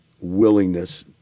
willingness